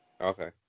Okay